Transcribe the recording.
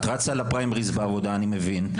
את רצה לפריימריז בעבודה אני מבין,